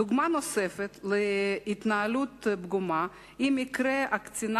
דוגמה נוספת להתנהלות פגומה היא מקרה הקצינה